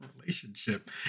relationship